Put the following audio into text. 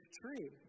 tree